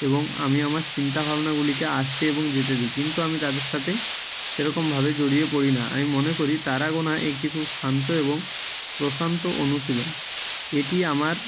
এবং আমি আমার চিন্তা ভাবনাগুলিকে আসতে এবং যেতে দি কিন্তু আমি তাদের সাথে সেরকমভাবে জড়িয়ে পড়ি না আমি মনে করি তারা গোনা একটি খুব শান্ত এবং প্রশান্ত অনুশীলন এটি আমার